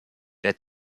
der